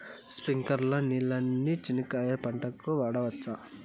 స్ప్రింక్లర్లు నీళ్ళని చెనక్కాయ పంట కు వాడవచ్చా?